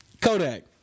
Kodak